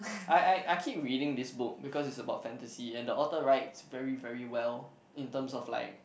I I I keep reading this book because is about fantasy and the author rights very very well in terms of like